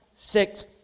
Six